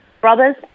brothers